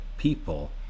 people